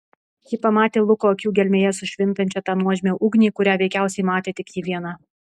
ji pamatė luko akių gelmėje sušvintančią tą nuožmią ugnį kurią veikiausiai matė tik ji viena